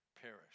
perish